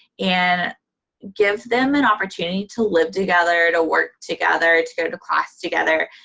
and give them an opportunity to live together, to work together, to go to class together.